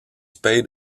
paid